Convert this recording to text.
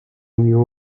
unió